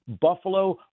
buffalo